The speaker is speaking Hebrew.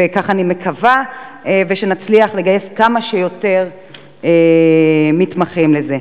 וכך אני מקווה שנצליח לגייס כמה שיותר מתמחים לזה.